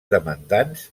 demandants